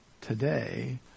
today